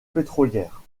pétrolière